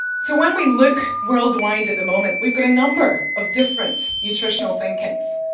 so when we look worldwide at the moment we've got a number of different nutritional thinkings.